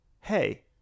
hey